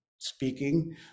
speaking